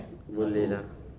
boleh lah